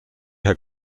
herr